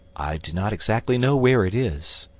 i do not exactly know where it is,